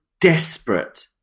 desperate